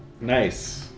Nice